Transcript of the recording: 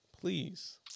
Please